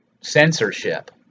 censorship